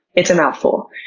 it's a mouthful!